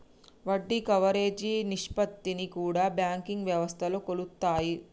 వడ్డీ కవరేజీ నిష్పత్తిని కూడా బ్యాంకింగ్ వ్యవస్థలో కొలుత్తారు